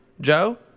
Joe